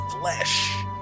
flesh